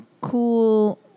Cool